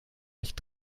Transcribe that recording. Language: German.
nicht